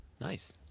Nice